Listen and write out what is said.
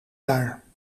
daar